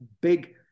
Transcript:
big